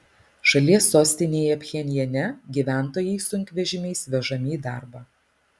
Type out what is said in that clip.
šalies sostinėje pchenjane gyventojai sunkvežimiais vežami į darbą